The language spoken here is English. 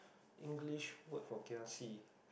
English word for kiasi